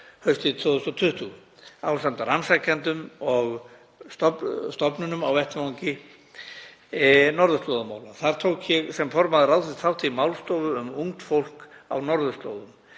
haustið 2020 ásamt rannsakendum og stofnunum á vettvangi norðurslóðamála. Þar tók ég sem formaður ráðsins þátt í málstofu um ungt fólk á norðurslóðum